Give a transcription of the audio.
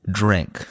drink